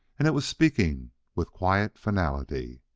and it was speaking with quiet finality.